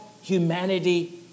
humanity